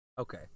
Okay